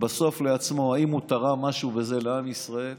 בסוף לעצמו אם הוא תרם בזה משהו לעם ישראל.